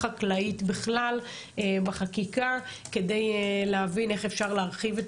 חקלאית בכלל בחקיקה כדי להבין איך אפשר להרחיב את